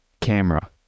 camera